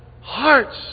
hearts